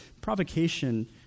provocation